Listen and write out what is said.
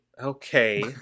Okay